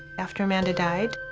after amanda died,